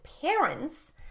parents